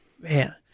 man